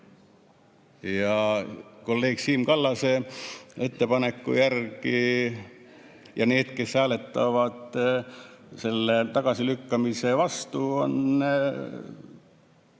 Kolleeg Siim Kallase ettepaneku järgi need, kes hääletavad selle tagasilükkamise vastu,